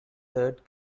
third